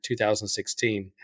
2016